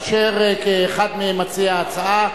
אשר הוא אחד ממציעי ההצעה,